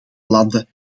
landen